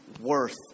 worth